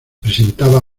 presentaba